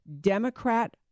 Democrat